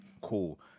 cool